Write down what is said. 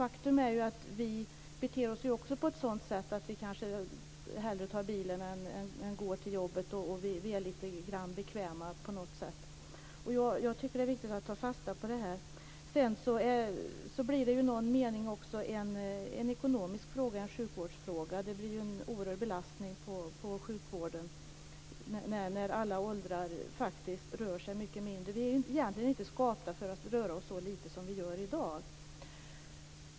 Faktum är att vi också beter oss på ett sådant sätt att vi kanske hellre tar bilen än går till jobbet och är lite grann bekväma. I någon mening blir blir det också en ekonomisk fråga, en sjukvårdsfråga. Det blir ju en oerhörd belastning på sjukvården när människor i alla åldrar rör sig mycket mindre. Vi är egentligen inte skapta för att röra oss så lite som vi gör i dag.